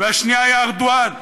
והשנייה היא ארדואן.